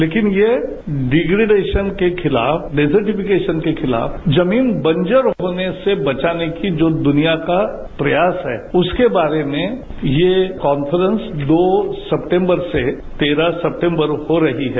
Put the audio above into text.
लेकिन ये डिग्रीडेशन के खिलाफ जमीन बंजर होने से बचाने की जो दुनिया का प्रयास है उसके बारे में यह कांफ्रेंस दो सेप्टेम्बनर से तेरह सेप्टे म्बरर हो रही है